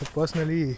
Personally